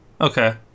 okay